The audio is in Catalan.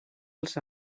als